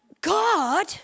God